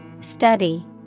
Study